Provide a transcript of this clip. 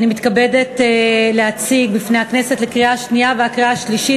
אני מתכבדת להציג בפני הכנסת לקריאה שנייה ושלישית